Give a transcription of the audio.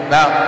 Now